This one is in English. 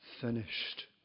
Finished